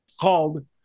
called